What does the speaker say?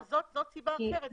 אבל זאת סיבה אחרת.